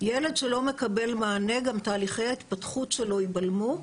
ילד שלא מקבל מענה גם תהליכי ההתפתחות שלו ייבלמו.